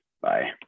Bye